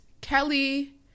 kelly